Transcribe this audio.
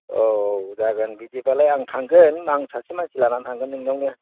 औ जागोन बिदिब्लालाय आं थांगोन आं सासे मानसि लानानै थांगोन नोंनियावनो